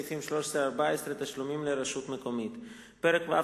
סעיפים 13 14 (תשלומים לרשות מקומית); פרק ו',